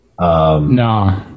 No